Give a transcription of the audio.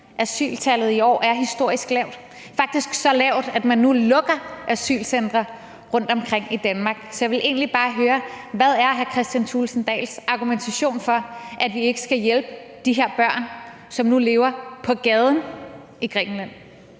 Asyltallet i år er historisk lavt, faktisk så lavt, at man nu lukker asylcentre rundtomkring i Danmark. Så jeg vil egentlig bare høre: Hvad er hr. Kristian Thulesen Dahls argumentation for, at vi ikke skal hjælpe de her børn, som nu lever på gaden i Grækenland?